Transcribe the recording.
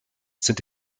sind